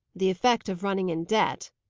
the effect of running in debt,